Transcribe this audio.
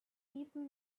people